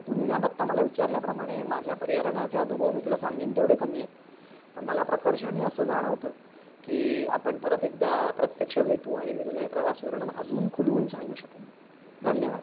तू निनात आत्ता मला विचारल्याप्रमाणे माझ्या परियरणाचे अनुभव मी तुला सांगेन तेवढे कमी येत मला प्रकर्षाने असं जाणवतं की आपण परत एकदा प्रत्यक्ष भेटू आणि मी तुला हे प्रवास वर्णन अजून खुलवून सांगू शकेन धन्यवाद